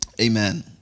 Amen